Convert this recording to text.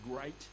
great